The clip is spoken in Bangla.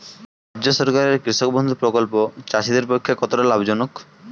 রাজ্য সরকারের কৃষক বন্ধু প্রকল্প চাষীদের পক্ষে কতটা লাভজনক?